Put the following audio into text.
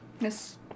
Yes